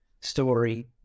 story